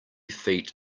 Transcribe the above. feet